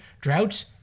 droughts